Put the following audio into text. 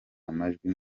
amajwi